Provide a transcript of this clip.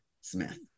Smith